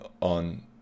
on